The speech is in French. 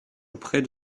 auprès